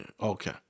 okay